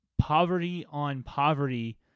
poverty-on-poverty